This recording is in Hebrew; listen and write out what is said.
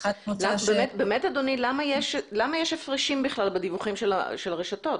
אדוני, למה יש הפרשים בדיווחים של הרשתות?